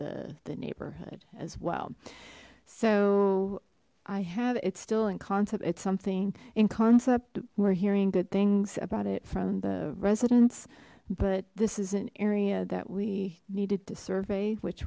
the the neighborhood as well so i have it's still in concept it's something in concept we're hearing good things about it from the residents but this is an area that we needed to survey which